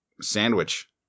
sandwich